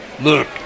Look